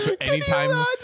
anytime